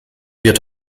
wird